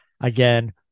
Again